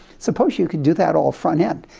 suppose you can do that all front-end.